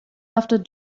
after